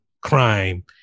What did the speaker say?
crime